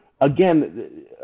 again